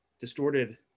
distorted